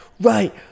right